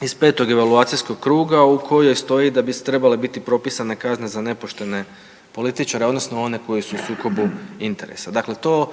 iz 5. evaluacijskog kruga u kojoj stoji da bi trebale biti propisane kazne za nepoštene političare, odnosno one koji su u sukobu interesa, dakle to